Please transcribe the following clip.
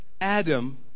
Adam